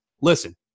Listen